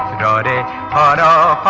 da da da da